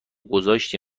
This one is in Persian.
گذاشتی